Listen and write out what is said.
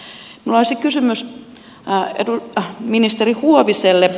minulla olisi kysymys ministeri huoviselle